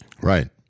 Right